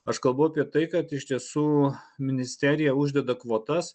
aš kalbu apie tai kad iš tiesų ministerija uždeda kvotas